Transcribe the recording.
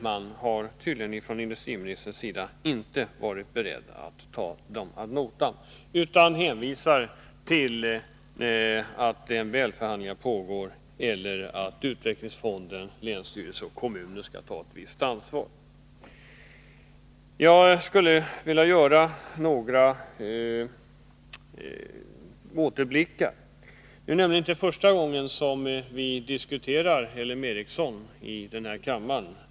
Men industriministern har tydligen inte varit beredd att ta dem ad notam utan hänvisar till att MBL förhandlingar pågår eller att utvecklingsfonden, länsstyrelser och kommuner skall ta ett visst ansvar. Jag skulle vilja göra några återblickar. Det är nämligen inte första gången som Nils Åsling och jag diskuterar L M Ericssoni denna kammare.